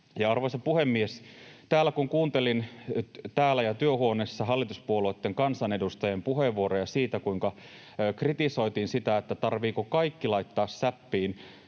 arvoisa puhemies, kun kuuntelin täällä ja työhuoneessa hallituspuolueitten kansanedustajien puheenvuoroja siitä, kuinka kritisoitiin sitä, tarvitseeko kaikki laittaa säppiin